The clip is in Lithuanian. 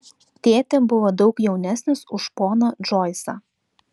tėtė buvo daug jaunesnis už poną džoisą